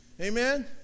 Amen